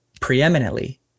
preeminently